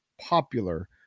popular